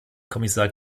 kommissar